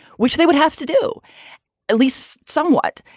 which they would have to do at least somewhat.